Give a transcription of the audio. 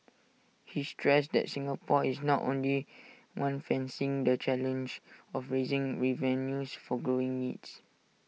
he stressed that Singapore is not only one facing the challenge of raising revenues for growing needs